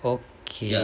okay